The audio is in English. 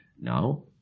Now